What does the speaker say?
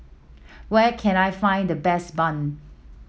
where can I find the best bun